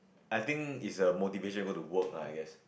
I think is a motivation go to work lah I guess